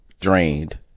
drained